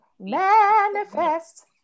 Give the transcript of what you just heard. manifest